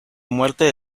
muerte